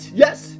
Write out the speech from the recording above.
yes